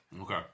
Okay